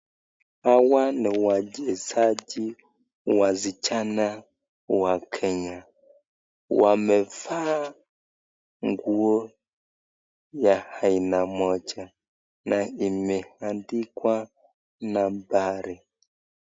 Hawa ni wachezaji wasichana wa Kenya, wamevaa nguo ya aina moja na imeandikwa nambari.